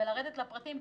ולרדת לפרטים.